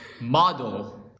Model